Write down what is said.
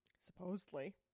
Supposedly